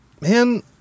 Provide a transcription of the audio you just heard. man